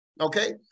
Okay